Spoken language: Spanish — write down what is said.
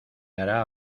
hará